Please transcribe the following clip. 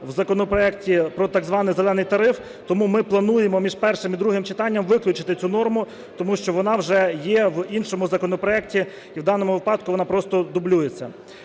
в законопроекті про так званий "зелений" тариф. Тому ми плануємо між першим і другим читанням виключити цю норму, тому що вона вже є в іншому законопроектів, і в даному випадку вона просто дублюється.